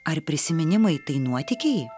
ar prisiminimai tai nuotykiai